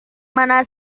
mana